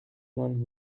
one